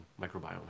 microbiome